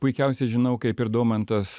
puikiausiai žinau kaip ir domantas